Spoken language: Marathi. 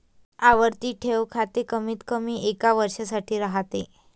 आवर्ती ठेव खाते कमीतकमी एका वर्षासाठी राहते